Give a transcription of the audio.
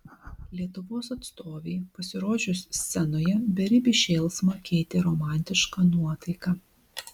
lietuvos atstovei pasirodžius scenoje beribį šėlsmą keitė romantiška nuotaika